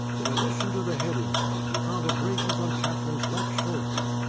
in addition to the head injury, he found abrasions on katherine's left shoulder,